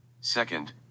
Second